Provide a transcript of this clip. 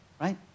right